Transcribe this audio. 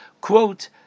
quote